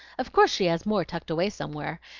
of course she has more tucked away somewhere.